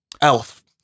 Elf